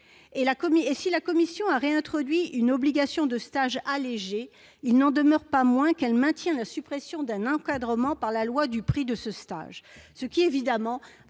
Si la commission a réintroduit une obligation de stage allégée, il n'en demeure pas moins qu'elle maintient la suppression d'un encadrement, par la loi, du prix de ce stage. Cela aura évidemment